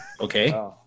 Okay